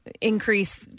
increase